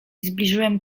zbliżyłem